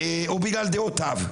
בגלל דעותיו.